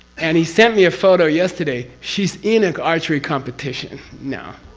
and he sent me a photo yesterday. she's in an archery competition now,